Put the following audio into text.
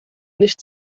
nicht